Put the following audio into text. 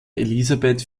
elisabeth